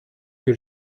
que